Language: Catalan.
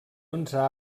onze